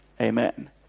Amen